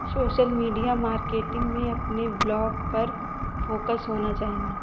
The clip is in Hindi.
सोशल मीडिया मार्केटिंग में अपने ब्लॉग पर फोकस होना चाहिए